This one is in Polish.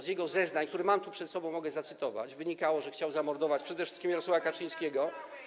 Z jego zeznań, które mam tu przed sobą i mogę zacytować, wynikało, że chciał zamordować przede wszystkim Jarosława Kaczyńskiego.